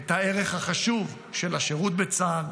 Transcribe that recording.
את הערך החשוב של השירות בצה"ל,